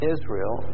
Israel